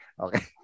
Okay